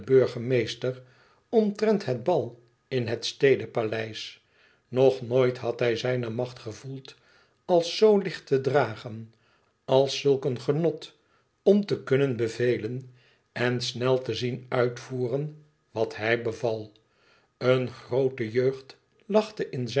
burgemeester omtrent het bal in het stede paleis nog nooit had hij zijne macht gevoeld als z licht te dragen als zulk een genot om te kunnen bevelen en snel te zien uitvoeren wat hij beval eene groote jeugd lachte in